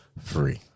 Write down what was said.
free